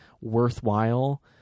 worthwhile